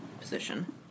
position